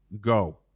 Go